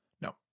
No